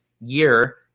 year